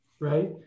Right